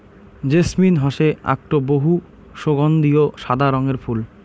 jasmine হসে আকটো বহু সগন্ধিও সাদা রঙের ফুল